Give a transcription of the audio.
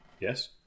Yes